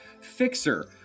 Fixer